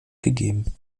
gegeben